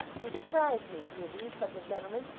you surprise me, grueby said the gentleman.